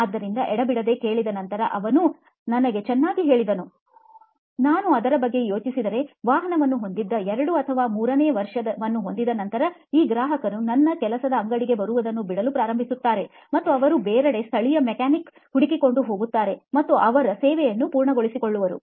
ಆದ್ದರಿಂದ ಎಡೆಬಿಡದೆ ಕೇಳಿದ ನಂತರ ಅವನು ನನಗೆ ಚೆನ್ನಾಗಿ ಹೇಳಿದರು ನಾನು ಅದರ ಬಗ್ಗೆ ಯೋಚಿಸಿದರೆ ವಾಹನವನ್ನು ಹೊಂದಿದ್ದ 2 ಅಥವಾ 3 ನೇ ವರ್ಷವನ್ನು ಹೊಂದಿದ ನಂತರ ಈ ಗ್ರಾಹಕರು ನನ್ನ ಕೆಲಸದ ಅಂಗಡಿಗೆ ಬರುವುದನ್ನು ಬಿಡುಲು ಪ್ರಾರಂಭಿಸುತ್ತಾರೆ ಮತ್ತು ಅವರು ಬೇರೆಡೆ ಸ್ಥಳೀಯ ಮೆಕ್ಯಾನಿಕ್ ಹುಡುಕಿಕೊಂಡು ಹೋಗುತ್ತಾರೆ ಮತ್ತು ಅವರ ಸೇವೆಯನ್ನು ಪೂರ್ಣಗೊಳಿಸಿಕೊಳ್ಳುವರು